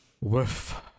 Woof